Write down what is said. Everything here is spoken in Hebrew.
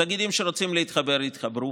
תאגידים שרוצים להתחבר, יתחברו.